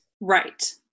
Right